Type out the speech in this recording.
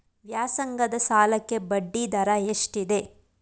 ವ್ಯಾಸಂಗದ ಸಾಲಕ್ಕೆ ಬಡ್ಡಿ ದರ ಎಷ್ಟಿದೆ?